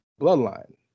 bloodline